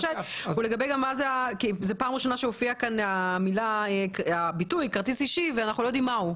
פעם ראשונה שהופיע כאן הביטוי כרטיס אישי ואנחנו לא יודעים מהו.